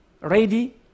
ready